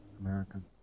American